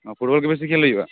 ᱚᱸᱻ ᱯᱷᱩᱴᱵᱚᱞ ᱜᱮ ᱵᱮᱥᱤ ᱠᱷᱮᱞ ᱦᱩᱭᱩᱜᱼᱟ